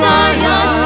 Zion